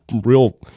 real